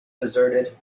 deserted